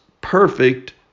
perfect